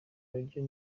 biryo